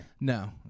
no